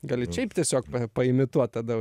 gali šiaip tiesiog paimituot tada